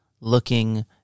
looking